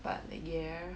but yeah